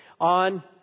on